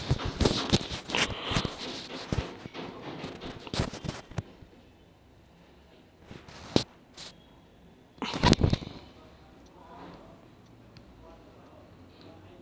आर्थिक व्यवस्था समाजना फायदानी करताच काम करस